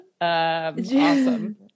awesome